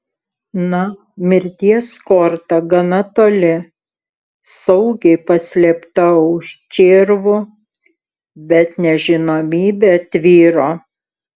na mirties korta gana toli saugiai paslėpta už čirvų bet nežinomybė tvyro